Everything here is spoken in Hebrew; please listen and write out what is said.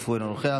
אף הוא אינו נוכח,